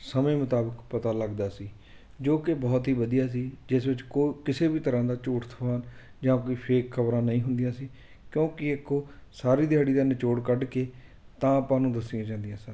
ਸਮੇਂ ਮੁਤਾਬਿਕ ਪਤਾ ਲੱਗਦਾ ਸੀ ਜੋ ਕਿ ਬਹੁਤ ਹੀ ਵਧੀਆ ਸੀ ਜਿਸ ਵਿੱਚ ਕੋ ਕਿਸੇ ਵੀ ਤਰ੍ਹਾਂ ਦਾ ਝੂਠ ਥਾਂ ਜਾਂ ਕੋਈ ਫੇਕ ਖਬਰਾਂ ਨਹੀਂ ਹੁੰਦੀਆਂ ਸੀ ਕਿਉਂਕਿ ਇੱਕ ਉਹ ਸਾਰੀ ਦਿਹਾੜੀ ਦੇ ਨਿਚੋੜ ਕੱਢ ਕੇ ਤਾਂ ਆਪਾਂ ਨੂੰ ਦੱਸੀਆਂ ਜਾਂਦੀਆਂ ਸਨ